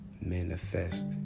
Manifest